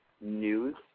news